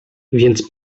więc